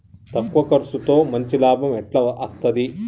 తక్కువ కర్సుతో మంచి లాభం ఎట్ల అస్తది?